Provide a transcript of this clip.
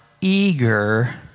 eager